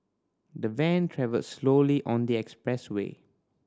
the van travelled slowly on the expressway